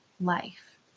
life